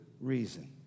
reason